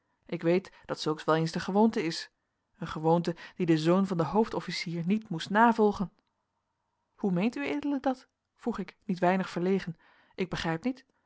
ik weet dat zulks wel eens de gewoonte is een gewoonte die de zoon van den hoofdofficier niet moest navolgen hoe meent ued dat vroeg ik niet weinig verlegen ik begrijp niet